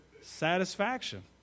satisfaction